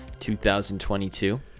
2022